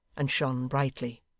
and shone brightly.